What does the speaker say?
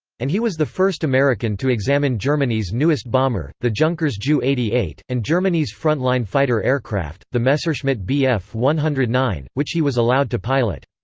and he was the first american to examine germany's newest bomber, the junkers ju eighty eight, and germany's front-line fighter aircraft, the messerschmitt bf one hundred and nine, which he was allowed to pilot.